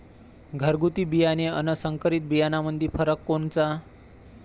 घरगुती बियाणे अन संकरीत बियाणामंदी फरक कोनचा?